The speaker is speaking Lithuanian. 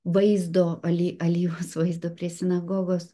vaizdo aly alyvas vaizdu prie sinagogos